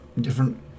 different